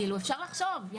כאילו אפשר לחשוב,